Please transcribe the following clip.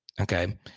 Okay